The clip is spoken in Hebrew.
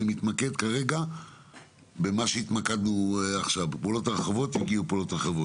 אני מתמקד כרגע בנושא שלנו ולא בפעולות הרחבות יותר.